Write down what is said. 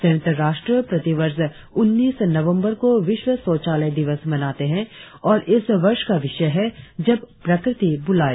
संयुक्त राष्ट्र प्रतिवर्ष उन्नीस नवंबर को विश्व शौचालय दिवस मनाते है और इस वर्ष का विषय है जब प्रकृति बुलाए